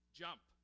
jump